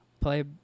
play